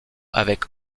avec